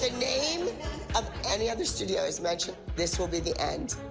ah name of any other studio is mentioned, this will be the end.